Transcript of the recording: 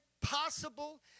possible